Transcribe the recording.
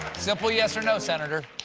simple yes or no, senator.